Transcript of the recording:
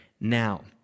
now